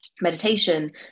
meditation